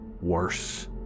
worse